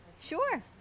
Sure